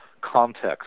Context